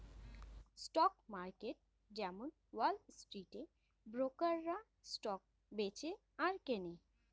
stock market যেমন wall স্ট্রিটে ব্রোকাররা স্টক বেচে আর কেনে